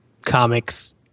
comics